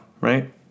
right